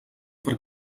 per